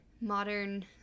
modern